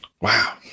Wow